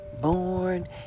born